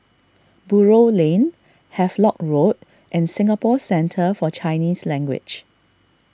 Buroh Lane Havelock Road and Singapore Centre for Chinese Language